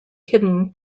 hidden